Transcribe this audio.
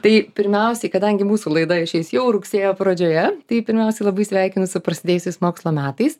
tai pirmiausiai kadangi mūsų laida išeis jau rugsėjo pradžioje tai pirmiausia labai sveikinu su prasidėjusiais mokslo metais